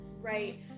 Right